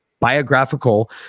Biographical